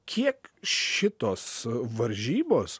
kiek šitos varžybos